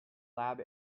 lab